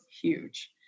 huge